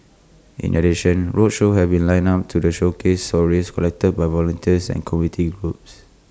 in addition roadshows have been lined up to the showcase stories collected by volunteers and community groups